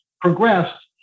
progressed